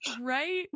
right